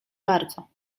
bardzo